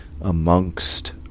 amongst